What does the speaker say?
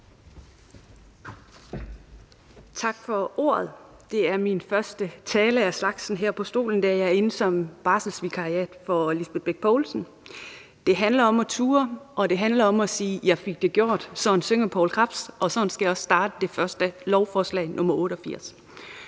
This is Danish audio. Tak for ordet. Det er min første tale af slagsen her fra talerstolen, da jeg er inde som barselsvikar for Lisbeth Bech Poulsen. Det handler om at turde, og det handler om at sige: Jeg fik det gjort. Sådan synger Poul Krebs, og sådan skal jeg også starte med at sige i forhold til det